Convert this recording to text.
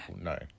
No